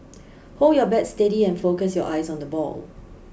hold your bat steady and focus your eyes on the ball